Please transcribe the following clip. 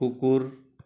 कुकुर